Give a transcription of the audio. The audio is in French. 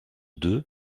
deux